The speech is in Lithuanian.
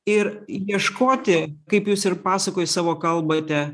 ir ieškoti kaip jūs ir pasakoj savo kalbate